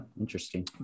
interesting